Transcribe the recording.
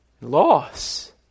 Loss